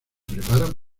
preparan